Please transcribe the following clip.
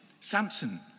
Samson